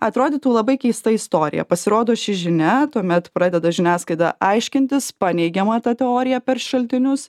atrodytų labai keista istorija pasirodo ši žinia tuomet pradeda žiniasklaida aiškintis paneigiama ta teorija per šaltinius